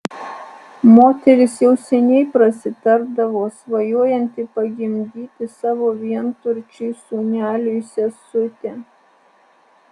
moteris jau seniai prasitardavo svajojanti pagimdyti savo vienturčiui sūneliui sesutę